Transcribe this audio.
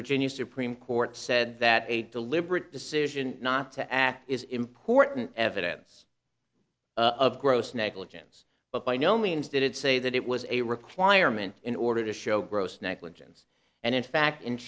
virginia supreme court said that a deliberate decision not to act is important evidence of gross negligence but by no means did it say that it was a requirement in order to show gross negligence and in fact in